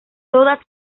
todas